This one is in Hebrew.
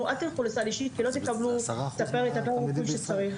השכר הוא אותו שכר.